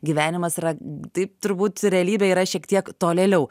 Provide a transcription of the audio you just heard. gyvenimas yra tai turbūt realybė yra šiek tiek tolėliau